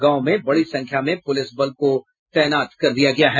गांव में बड़ी संख्या में पुलिस बलों की तैनाती कर दी गयी है